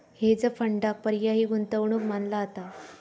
hedge फंडांक पर्यायी गुंतवणूक मानला जाता